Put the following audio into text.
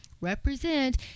represent